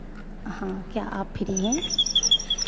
हाँ क्या आप फ्री हैं